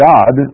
God